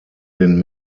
den